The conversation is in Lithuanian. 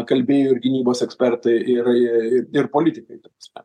kalbėjo ir gynybos ekspertai ir ir politikai ta prasme